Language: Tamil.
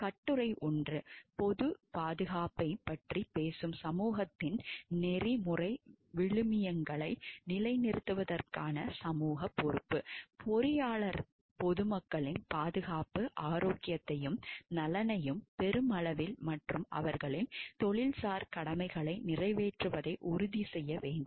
கட்டுரை 1 பொதுப் பாதுகாப்பைப் பற்றி பேசும் சமூகத்தின் நெறிமுறை விழுமியங்களை நிலைநிறுத்துவதற்கான சமூகப் பொறுப்பு பொறியியலாளர் பொதுமக்களின் பாதுகாப்பு ஆரோக்கியத்தையும் நலனையும் பெருமளவில் மற்றும் அவர்களின் தொழில்சார் கடமைகளை நிறைவேற்றுவதை உறுதி செய்ய வேண்டும்